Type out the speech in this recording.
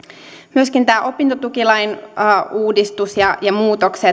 myöskin tämän opintotukilain uudistus ja ja muutokset